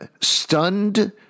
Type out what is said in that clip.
stunned